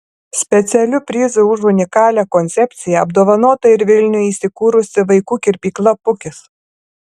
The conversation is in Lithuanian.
specialiu prizu už unikalią koncepciją apdovanota ir vilniuje įsikūrusi vaikų kirpykla pukis